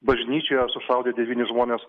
bažnyčioje sušaudė devynis žmones